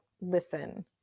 listen